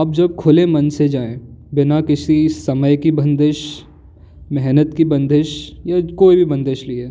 आप जब खुले मन से जाए बिना किसी समय की बंदिश मेहनत की बंदिश या कोई भी बंदिश लिए